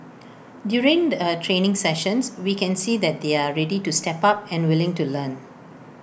during the training sessions we can see that they're ready to step up and willing to learn